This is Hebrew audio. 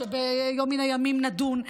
ביום מן הימים נדון,